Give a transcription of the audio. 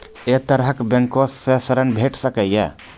ऐ तरहक बैंकोसऽ ॠण भेट सकै ये?